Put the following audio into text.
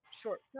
short